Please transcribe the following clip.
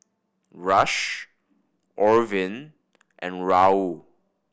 Rush Orvin and Raul